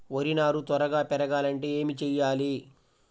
వరి నారు త్వరగా పెరగాలంటే ఏమి చెయ్యాలి?